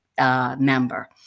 Member